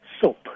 soap